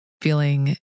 feeling